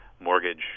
mortgage